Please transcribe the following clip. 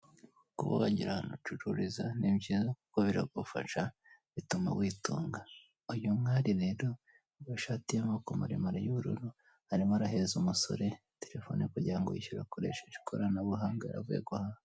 Kuba wagira ahantu ucururiza ni byiza kuko biragufasha bituma witunga, uyu mwari rero w' ishati y' amaboko maremare y' ubururu arimo arahereza umusore telefone kugirango yishyure akoresheje ikoranabuhanga yari avuye guhaha.